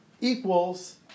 equals